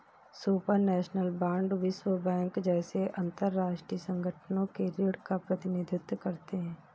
supranational bond विश्व bank जैसे अंतरराष्ट्रीय संगठनों के ऋण का प्रतिनिधित्व करते हैं